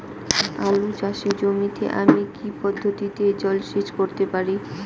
আলু চাষে জমিতে আমি কী পদ্ধতিতে জলসেচ করতে পারি?